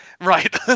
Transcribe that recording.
Right